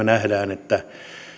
näemme että